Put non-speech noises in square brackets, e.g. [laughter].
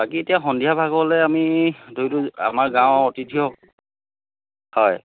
বাকী এতিয়া সন্ধিয়া ভাগলৈ আমি [unintelligible] আমাৰ গাঁৱৰ অতিথিসকল হয়